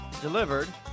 delivered